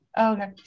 okay